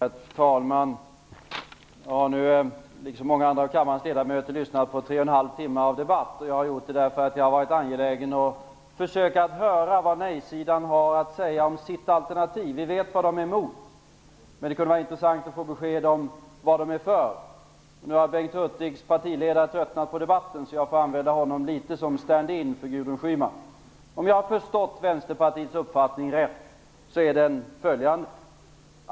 Herr talman! Liksom många andra av kammarens ledamöter har jag nu lyssnat till tre och en halv timmars debatt. Det har jag gjort därför att jag har varit angelägen att höra vad nej-sidan har att säga om sitt alternativ. Vi vet vad nej-sidan är emot, men det vore intressant att höra vad man är för. Nu har Bengt Hurtigs partiledare tröttnat på debatten, så jag får använda Bengt Hurtig litet som stand in för Gudrun Om jag har förstått Vänsterpartiets uppfattning rätt är den följande.